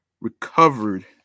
recovered